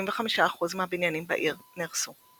85 אחוז מהבניינים בעיר נהרסו.